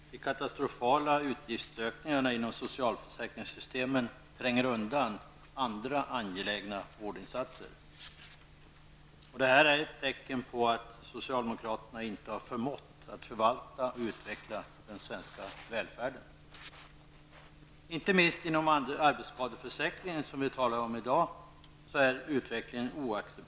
Herr talman! De katastrofala utgiftsökningarna inom socialförsäkringssystemen tränger undan andra angelägna vårdinsatser. Det är ett tecken på att socialdemokraterna inte har förmått att förvalta och utveckla den svenska välfärden. Utvecklingen är oacceptabel, inte minst inom arbetsskadeförsäkringen som vi talar om i dag.